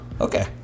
Okay